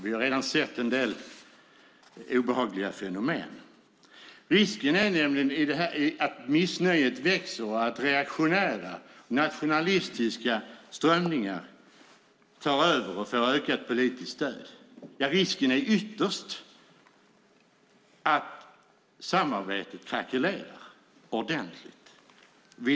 Vi har redan sett en del obehagliga fenomen. Risken är nämligen att missnöjet växer och att reaktionära, nationalistiska strömningar tar över och får ökat politiskt stöd. Ja, risken är ytterst att samarbetet krackelerar ordentligt.